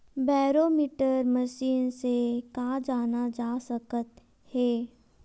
Barometer machine से का जाना जा सकत हे?